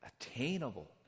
attainable